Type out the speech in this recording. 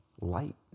Light